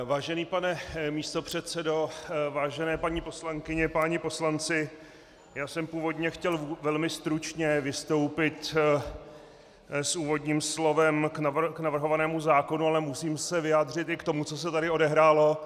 Vážený pane místopředsedo, vážené paní poslankyně, páni poslanci, já jsem původně chtěl velmi stručně vystoupit s úvodním slovem k navrhovanému zákonu, ale musím se vyjádřit i k tomu, co se tady odehrálo.